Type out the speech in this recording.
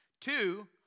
Two